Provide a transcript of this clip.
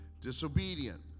disobedient